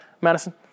Madison